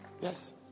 Yes